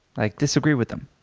like disagree with them.